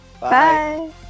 Bye